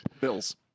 bills